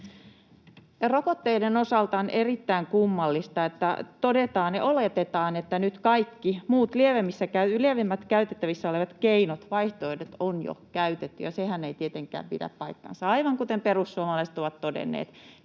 rokotteiden osalta on erittäin kummallista, että todetaan ja oletetaan, että nyt kaikki muut lievemmät käytettävissä olevat keinot, vaihtoehdot on jo käytetty, ja sehän ei tietenkään pidä paikkaansa. Aivan kuten perussuomalaiset ovat todenneet,